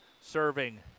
serving